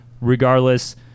regardless